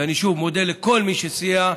ואני שוב מודה לכל מי שסייע,